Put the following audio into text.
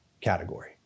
category